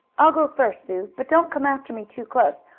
i'll go first, sue, but don't come after me too close,